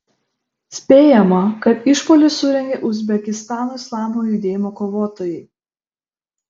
spėjama kad išpuolį surengė uzbekistano islamo judėjimo kovotojai